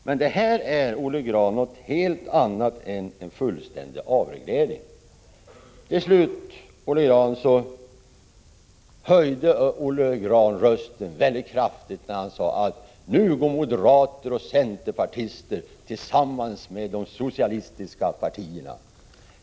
Detta, Olle Grahn, är emellertid något helt annat än fullständig avreglering. Till slut: Olle Grahn höjde rösten väldigt kraftigt när han sade: Nu går moderater och centerpartister tillsammans med de socialistiska partierna.